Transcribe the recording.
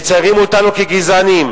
מציירים אותנו כגזענים.